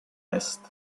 est